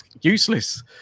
useless